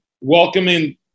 welcoming